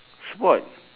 sport